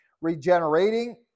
regenerating